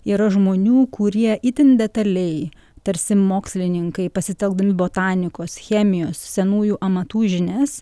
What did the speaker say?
yra žmonių kurie itin detaliai tarsi mokslininkai pasitelkdami botanikos chemijos senųjų amatų žinias